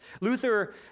Luther